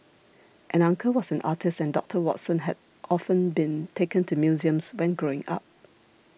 an uncle was an artist and Doctor Watson had often been taken to museums when growing up